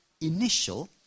initial